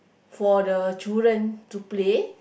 for the children to play